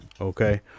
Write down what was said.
Okay